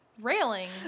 railing